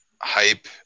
hype